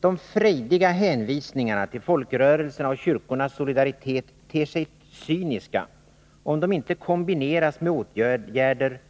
De frejdiga hänvisningarna till folkrörelsernas och kyrkornas solidaritet ter sig cyniska, om de inte kombineras med åtgärder